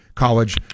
college